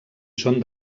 són